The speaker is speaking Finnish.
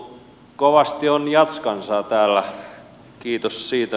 kovasti on jazzkansaa täällä kiitos siitä